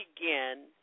begin